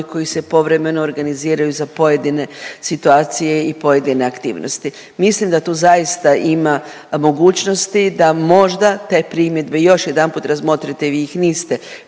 koji se povremeno organiziraju za pojedine situacije i pojedine aktivnosti. Mislim da tu zaista ima mogućnosti da možda te primjedbe još jedanput razmotrite jer vi ih niste